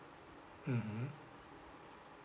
mmhmm